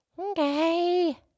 Okay